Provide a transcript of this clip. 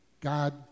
God